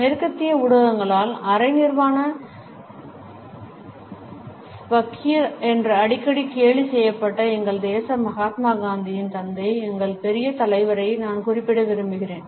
மேற்கத்திய ஊடகங்களால் அரை நிர்வாண ஃபக்கீர் என்று அடிக்கடி கேலி செய்யப்பட்ட எங்கள் தேச மகாத்மா காந்தியின் தந்தை எங்கள் பெரிய தலைவரை நான் குறிப்பிட விரும்புகிறேன்